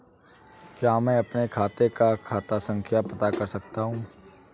क्या मैं अपने खाते का खाता संख्या पता कर सकता हूँ?